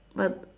but